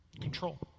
control